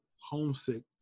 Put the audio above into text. homesick